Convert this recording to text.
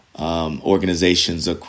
Organizations